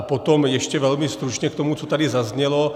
Potom ještě velmi stručně k tomu, co tady zaznělo.